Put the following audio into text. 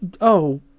Oh